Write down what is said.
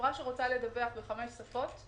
חברה שרוצה לדווח בחמש שפות,